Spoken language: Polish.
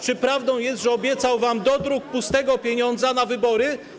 Czy prawdą jest, że obiecał wam dodruk pustego pieniądza na wybory?